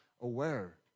aware